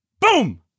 Boom